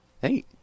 Hey